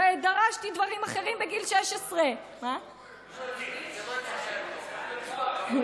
ודרשתי דברים אחרים בגיל 16. מפא"יניקים,